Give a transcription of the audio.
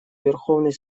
верховный